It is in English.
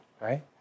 right